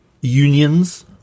unions